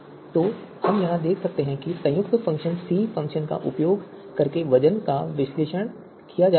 तो हम यहां देख सकते हैं कि इस संयुक्त फ़ंक्शन सी फ़ंक्शन का उपयोग करके वज़न का विश्लेषण किया जा रहा है